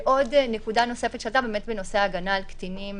ועוד שאלה נוספת שעלתה, בנושא ההגנה על קטינים